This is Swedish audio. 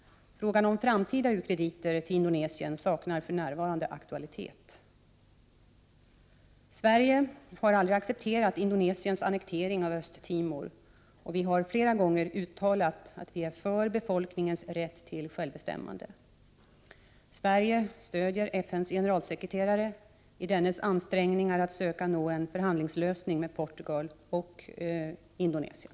Frågan om framtida u-krediter till 19 Indonesien saknar för närvarande aktualitet. Sverige har aldrig accepterat Indonesiens annektering av Östtimor och vi har flera gånger uttalat att vi är för befolkningens rätt till självbestämmande. Sverige stöder FN:s generalsekreterare i dennes ansträngningar att söka nå en förhandlingslösning med Portugal och Indonesien.